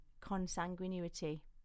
consanguinity